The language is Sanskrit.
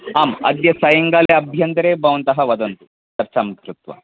आम् अद्य सायंकालाभ्यान्तरे भवन्तः वदन्तु चर्चां कृत्वा